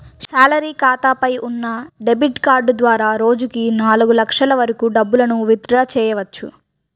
salary ఖాతాపై ఉన్న debit card ద్వారా రోజుకి నాలుగు లక్షల వరకు డబ్బులను విత్ డ్రా చెయ్యవచ్చు